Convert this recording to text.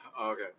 Okay